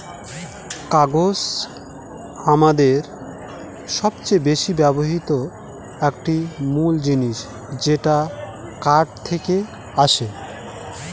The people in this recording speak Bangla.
কাগজ আমাদের সবচেয়ে বেশি ব্যবহৃত একটি মূল জিনিস যেটা কাঠ থেকে আসে